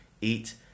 eat